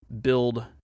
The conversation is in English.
build